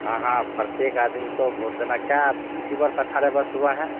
हाँ हाँ प्रत्येक आदमी को भोट देना क्या आप इसी बार अठारह बर्ष हुआ है